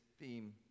theme